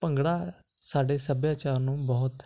ਭੰਗੜਾ ਸਾਡੇ ਸੱਭਿਆਚਾਰ ਨੂੰ ਬਹੁਤ